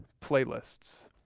playlists